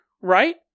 right